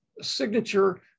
signature